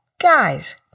guys